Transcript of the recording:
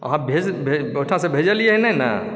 अहाँ ओहिठामसँ भे भेजलिएहँ नहि ने